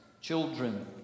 Children